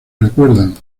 recuerdan